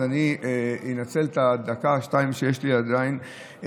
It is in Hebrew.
אז אני אנצל את הדקה-שתיים שעדיין יש לי,